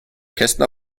kästner